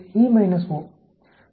E O